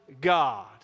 God